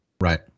Right